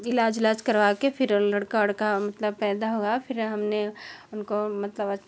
इलाज उलाज करवाके फिर लड़का उड़का मतलब पैदा हुआ फिर हमने उनको मतलब